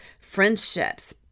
friendships